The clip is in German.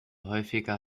häufiger